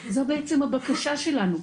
זו בעצם הבקשה שלנו.